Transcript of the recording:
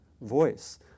voice